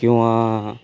किंवा